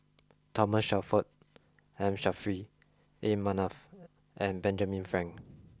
Thomas Shelford M Saffri A Manaf and Benjamin Frank